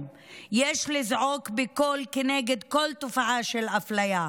יש לזעוק בקול כנגד כל תופעה של אפליה,